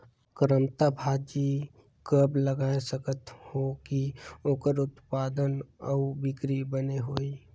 करमत्ता भाजी कब लगाय सकत हो कि ओकर उत्पादन अउ बिक्री बने होही?